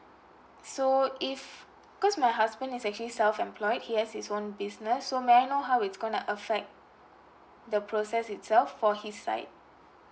so if 'cos my husband is actually self employed he has his own business so may I know how it's gonna affect the process itself for his side